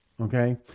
okay